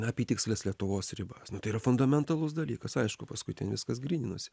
apytiksles lietuvos ribas tai yra fundamentalus dalykas aišku paskutinis kas gryninosi